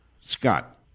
Scott